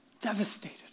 devastated